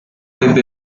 ebbe